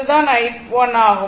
இது தான் i1 ஆகும்